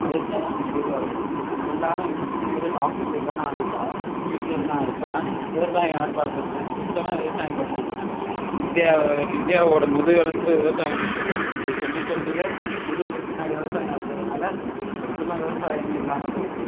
அது இருந்தால் தான் நம்ம உயிர் வாழ முடியும் எல்லோரும் இன்ஜினியர் டாக்டர் இதெலாம் ஆகிட்டா டீச்சரெலாம் ஆகிட்டா விவசாயம் யார் பார்க்குறது சுத்தமாக விவசாயம் குறஞ்சி போச்சு இந்தியா இந்தியாவோடய முதுகெலும்பு விவசாயம்னு சொல்கிறாங்க இப்படி சொல்லி சொல்லியே முதுகுக்கு பின்னாடி விவசாயம் வைச்சதுனால இப்போ சுத்தமாக விவசாயமே இல்லாமல் போயிடுச்சு